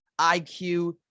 IQ